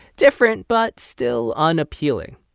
different but still unappealing,